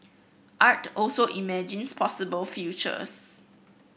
art also imagines possible futures